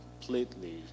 completely